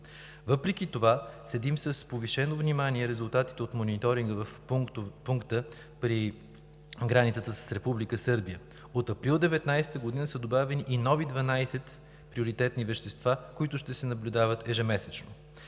Въпреки това следим с повишено внимание резултатите от мониторинга в пункта при границата с Република Сърбия. От месец април 2019 г. са добавени и нови 12 приоритетни вещества, които ще се наблюдават ежемесечно.